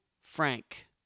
Frank